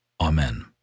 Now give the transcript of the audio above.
Amen